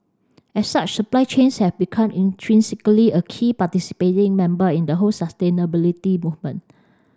as such supply chains have become intrinsically a key participating member in the whole sustainability movement